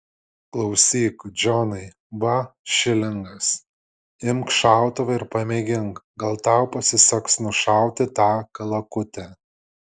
klausyk džonai va šilingas imk šautuvą ir pamėgink gal tau pasiseks nušauti tą kalakutę